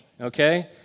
okay